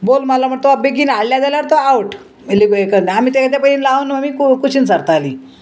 ball मालो म्हण तो बेगीन हाडल्या जाल्यार तो आवट येली गुये करी आमी तेजे पयलीं लावन आमी कुशीन सरतालीं